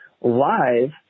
live